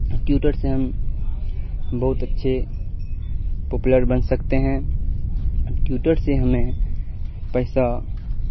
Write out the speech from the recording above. Twitter سے ہم بہت اچھے پاپولر بن سکتے ہیں ٹیوٹر سے ہمیں پیسہ